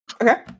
Okay